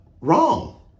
wrong